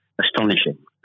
astonishing